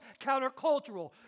countercultural